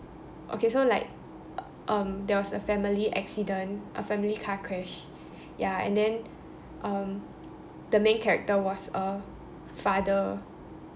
okay so like um there was a family accident a family car crash ya and then um the main character was a father